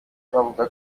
bavuga